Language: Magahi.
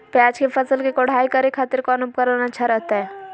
प्याज के फसल के कोढ़ाई करे खातिर कौन उपकरण अच्छा रहतय?